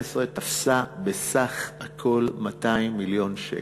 תפסה ב-2012 בסך הכול 200 מיליון שקל.